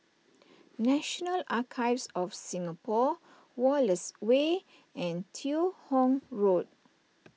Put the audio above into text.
National Archives of Singapore Wallace Way and Teo Hong Road